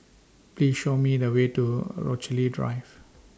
Please Show Me The Way to Rochalie Drive